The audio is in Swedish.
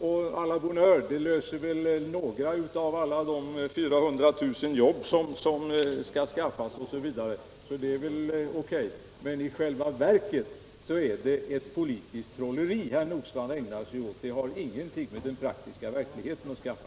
Men å la bonne heure — det löser kanske något av alla de 400 000 jobb som skall skapas, så det är väl O.K. Men i själva verket är det ett politiskt trolleri som herr Nordstrandh ägnar sig åt. Det har ingenting med den praktiska verkligheten att skaffa.